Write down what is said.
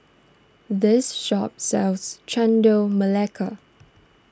this shop sells Chendol Melaka